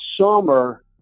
summer